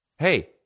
Hey